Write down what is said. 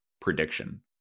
prediction